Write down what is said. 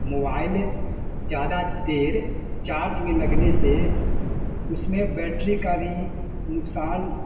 mobile ज्यादा देर charge में लगने से उसमें बैटरी का भी नुकसान